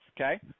okay